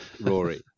Rory